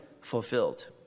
fulfilled